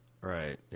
right